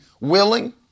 willing